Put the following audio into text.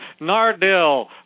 nardil